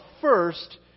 first